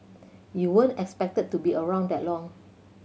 you weren't expected to be around that long